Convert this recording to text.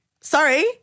sorry